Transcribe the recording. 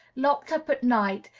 locked up at night,